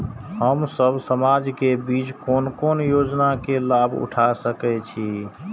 हम सब समाज के बीच कोन कोन योजना के लाभ उठा सके छी?